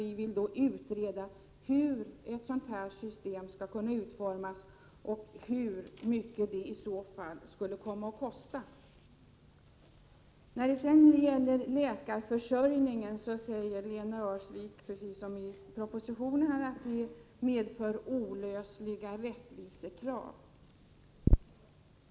Vi vill att frågan hur ett sådant här system skall kunna utformas och hur mycket det i så fall skulle komma att kosta skall utredas. När det sedan gäller läkarförsörjningen säger Lena Öhrsvik, precis som regeringen gör i propositionen, att föreslagna åtgärder skulle medföra olösliga rättviseproblem.